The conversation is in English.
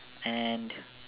and